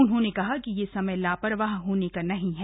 उन्होंने कहा कि यह समय लापरवाह होने का नहीं है